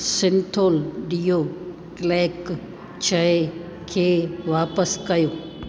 Cinthol deo talc शइ खे वापिसि कयो